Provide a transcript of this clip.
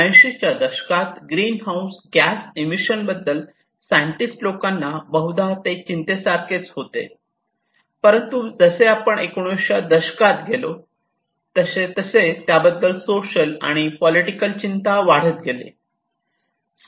1980 च्या दशकात greenhouse gas emission बद्दल सायंटिस्ट लोकांना बहुधा ते चिंतेसारखेच होते परंतु जसे आपण 1990 च्या दशकात पुढे गेलो तसतसे त्याबद्दल सोशल आणि पॉलिटिकल चिंता वाढत गेले